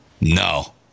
no